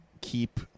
keep